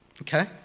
Okay